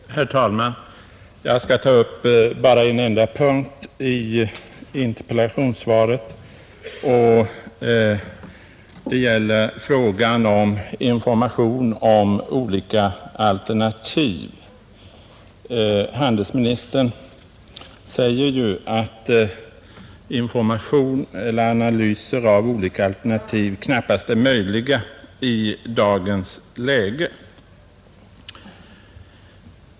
Herr talman! Jag skall bara ta upp en enda punkt i interpellationssvaret. Den gäller frågan om information om olika alternativ. Handelsministern säger att analyser av olika alternativ knappast är möjliga i dagens läge.